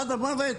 עד המוות,